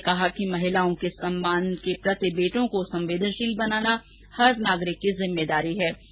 उन्होंने कहा कि महिलाओं के सम्मान प्रति बेटों को संवेदनशील बनाना हर नागरिक की जिम्मेदारी है